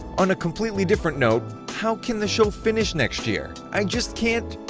on a completely different note, how can the show finish next year! i just can't,